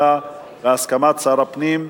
אלא בהסכמת שר הפנים.